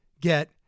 get